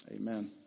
amen